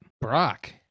brock